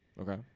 Okay